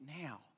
now